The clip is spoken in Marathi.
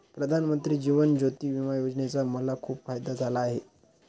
प्रधानमंत्री जीवन ज्योती विमा योजनेचा मला खूप फायदा झाला आहे